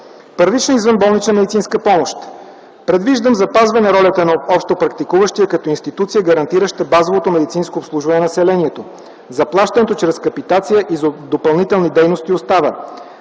Първична извънболнична медицинска помощ - предвиждам запазване ролята на общопрактикуващия лекар като институция, гарантираща базовото медицинско обслужване на населението; заплащането чрез капитация и за допълнителни дейности остава.